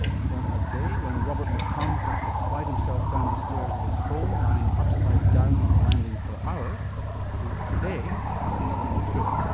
from a day when robert mccrum had to slide himself down the stairs of his home lying upside down on the landing for hours to today has been a long trip.